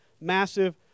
massive